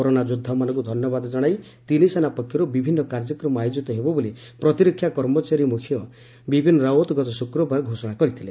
corona ଯୋଦ୍ଧାମାନଙ୍କୁ ଧନ୍ୟବାଦ ଜଣାଇ ତିନି ସେନା ପକ୍ଷରୁ ବିଭିନ୍ନ କାର୍ଯ୍ୟକ୍ରମ ଆୟୋଜିତ ହେବ ବୋଲି ପ୍ରତିରକ୍ଷା କର୍ମଚାରୀ ମୁଖ୍ୟ ବିପିନ ରାଓ୍ୱତ ଗତ ଶୁକ୍ରବାର ଘୋଷଣା କରିଥିଲେ